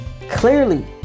Clearly